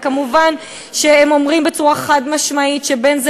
ומובן שהם אומרים בצורה חד-משמעית שבין זה